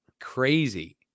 crazy